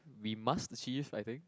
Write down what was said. we must achieve I think